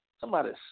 somebody's